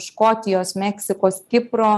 škotijos meksikos kipro